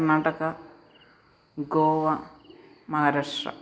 Karnataka Goa Maharashtra